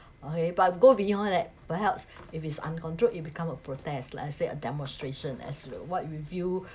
okay but go beyond that perhaps if it's uncontrolled it become a protest like I say a demonstration as uh what we view